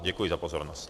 Děkuji za pozornost.